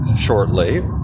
shortly